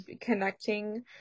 connecting